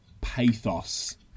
pathos